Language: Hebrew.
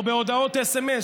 או בהודעות סמ"ס,